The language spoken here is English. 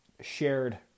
shared